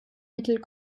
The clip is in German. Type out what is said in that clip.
mittel